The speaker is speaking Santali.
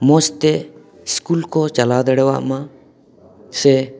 ᱢᱚᱸᱡᱽᱛᱮ ᱥᱠᱩᱞ ᱠᱚ ᱪᱟᱞᱟᱣ ᱫᱟᱲᱮᱭᱟᱜᱼᱢᱟ ᱥᱮ